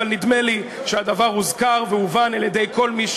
אבל נדמה לי שהדבר הוזכר והובן על-ידי כל מי,